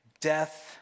death